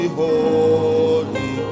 holy